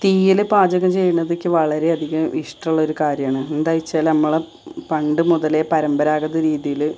തീയിൽ പാചകം ചെയ്യുന്നത് എനിക്ക് വളരെയധികം ഇഷ്ടമുള്ളൊരു കാര്യമാണ് എന്താണ് വെച്ചാൽ നമ്മൾ പണ്ട് മുതലേ പരമ്പരാഗത രീതിയിൽ